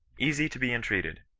easy to be entreated,